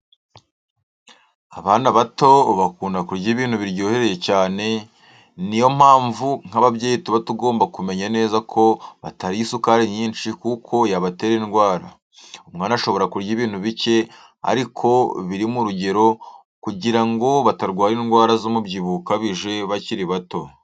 Abana bato bakunda kurya ibintu biryohereye cyane, ni yo mpamvu nk'ababyeyi tuba tugomba kumenya neza ko batariye isukari nyinshi kuko yabatera indwara. Umwana ashobora kurya ibintu bike ariko biri mu rugero kugira ngo batarwara indwara z'umubyibuho ukabije bakiri bato.